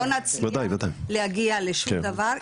לא נצליח להגיע לשום דבר,